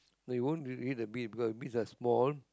they won't read the bids because bids are small